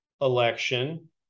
election